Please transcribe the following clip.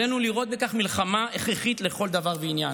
עלינו לראות בכך מלחמה הכרחית לכל דבר ועניין.